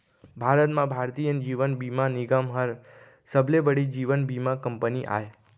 भारत म भारतीय जीवन बीमा निगम हर सबले बड़े जीवन बीमा कंपनी आय